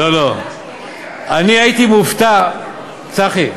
לא לא, אני הייתי מופתע, צחי,